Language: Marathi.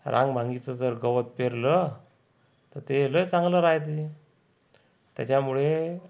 रामबांगीचं जर गवत पेरलं तर ते लय चांगलं राहते त्याच्यामुळे